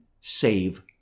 save